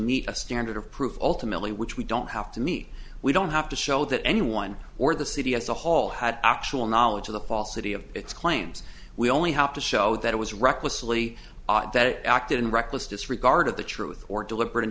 meet a standard of proof ultimately which we don't have to meet we don't have to show that anyone or the city as a hall had actual knowledge of the falsity of its claims we only have to show that it was recklessly that acted in reckless disregard of the truth or deliberat